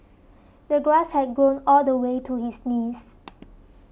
the grass had grown all the way to his knees